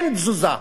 אין תזוזה.